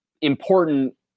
important